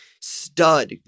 stud